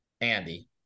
andy